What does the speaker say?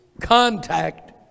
contact